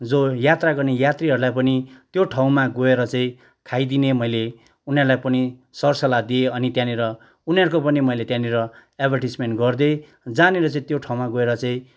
जो यात्रा गर्ने यात्रीहरूलाई पनि त्यो ठाउँमा गएर चाहिँ खाइदिने मैले उनीहरूलाई पनि सर सल्लाह दिएँ अनि त्यहाँनिर उनीहरूको पनि मैले त्यहाँनिर एडभर्टिजमेन्ट गरिदिए जहाँनिर चाहिँ त्यो ठाउँमा गएर चाहिँ